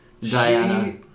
Diana